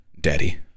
daddy